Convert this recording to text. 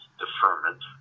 deferment